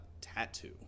tattoo